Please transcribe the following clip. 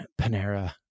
Panera